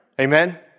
Amen